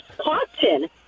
cotton